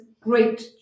great